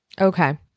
Okay